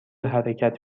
حرکت